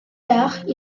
tard